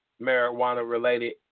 marijuana-related